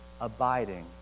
abiding